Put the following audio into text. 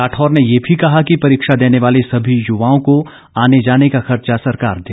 राठौर ने ये भी कहा कि परीक्षा देने वाले सभी युवाओं को आने जाने का खर्चा सरकार दे